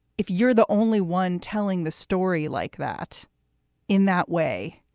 if you're the only one telling the story like that in that way.